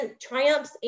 triumphs